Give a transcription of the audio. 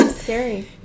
Scary